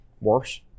worse